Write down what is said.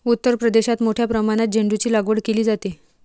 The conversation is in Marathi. उत्तर प्रदेशात मोठ्या प्रमाणात झेंडूचीलागवड केली जाते